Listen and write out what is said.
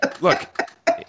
Look